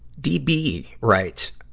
db writes,